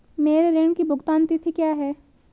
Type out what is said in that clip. मेरे ऋण की भुगतान तिथि क्या है?